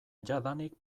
jadanik